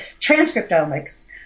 transcriptomics